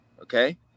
okay